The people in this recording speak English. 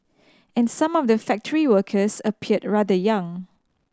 and some of the factory workers appeared rather young